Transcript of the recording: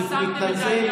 אני מתנצל.